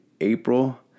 April